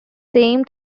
same